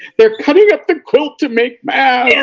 they're putting up the quilt to make man. yeah